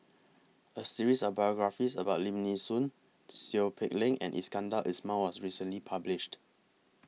A series of biographies about Lim Nee Soon Seow Peck Leng and Iskandar Ismail was recently published